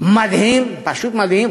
מדהים, פשוט מדהים.